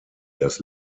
das